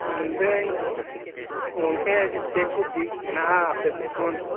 ᱢᱮᱱᱮᱫᱟ ᱧ ᱜᱚᱢᱠᱮ ᱡᱮ ᱪᱮᱫ ᱠᱚ ᱫᱤᱠ ᱦᱮᱱᱟᱜᱼᱟ ᱟᱯᱮᱥᱮᱫ ᱠᱷᱚᱱ